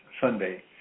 Sunday